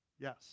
Yes